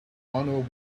one